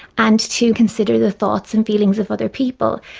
and to consider the thoughts and feelings of other people.